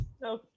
no